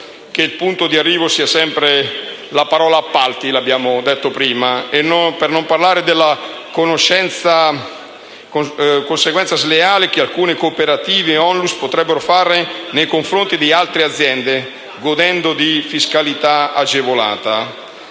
il punto di arrivo sia sempre la parola «appalti», come ho ricordato prima; per non parlare della conseguenza sleale che alcune cooperative e ONLUS potrebbero fare nei confronti di altre aziende godendo di fiscalità agevolata;